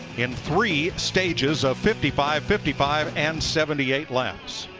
in three stages of fifty five, fifty five, and seventy eight laps.